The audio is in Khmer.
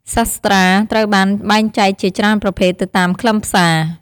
សាស្ត្រាត្រូវបានបែងចែកជាច្រើនប្រភេទទៅតាមខ្លឹមសារ។